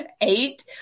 eight